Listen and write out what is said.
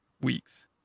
weeks